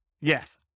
Yes